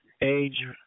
age